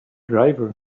driver